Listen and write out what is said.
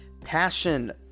passion